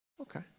Okay